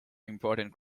important